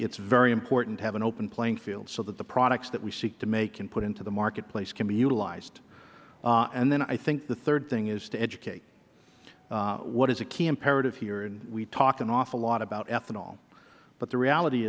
is very important to have an open playing field so that the products we seek to make and put into the marketplace can be utilized and then i think the third thing is to educate what is a key imperative here and we talk an awful lot about ethanol but the reality